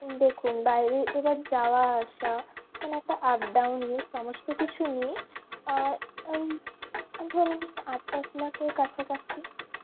দেখুন বাইরে এবার যাওয়া আসা মানে একটা আপ ডাউনের সমস্ত কিছু নিয়েই ধরুন আট দশ লাখের কাছাকাছি